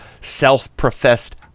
self-professed